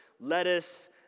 lettuce